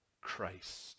Christ